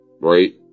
Right